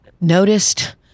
noticed